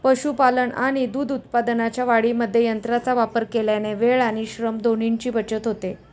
पशुपालन आणि दूध उत्पादनाच्या वाढीमध्ये यंत्रांचा वापर केल्याने वेळ आणि श्रम दोन्हीची बचत होते